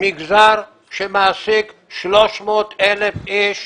מגזר שמעסיק 300,000 אנשים